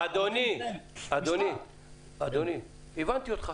אדוני, הבנתי אותך.